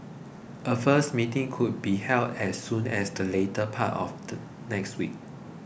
a first meeting could be held as soon as the latter part of the next week